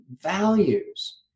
values